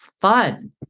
fun